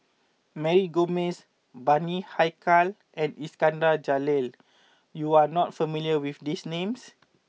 Mary Gomes Bani Haykal and Iskandar Jalil you are not familiar with these names